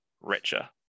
richer